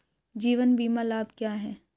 जीवन बीमा लाभ क्या हैं?